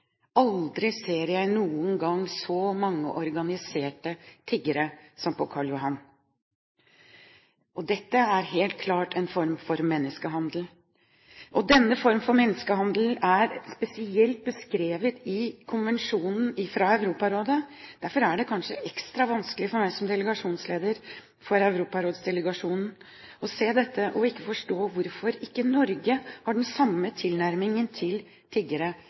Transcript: aldri, aldri ser jeg noen gang så mange organiserte tiggere som på Karl Johan. Dette er helt klart en form for menneskehandel. Denne form for menneskehandel er spesielt beskrevet i konvensjonen fra Europarådet. Derfor er det kanskje ekstra vanskelig for meg som leder for europarådsdelegasjonen å se dette, og ikke forstå hvorfor Norge ikke har den samme tilnærmingen til tiggere